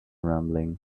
rumbling